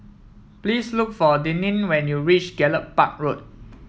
please look for Deneen when you reach Gallop Park Road